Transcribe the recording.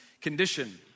Condition